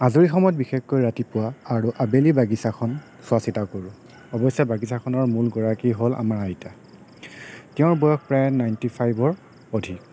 আজৰি সময়ত বিশেষকৈ ৰাতিপুৱা আৰু আবেলি বাগিছাখন চোৱাচিতা কৰোঁ অৱশ্যে বাগিছাখনৰ মূল গৰাকী হ'ল আমাৰ আইতা তেওঁৰ বয়স প্ৰায় নাইন্টি ফাইভৰ অধিক